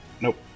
Nope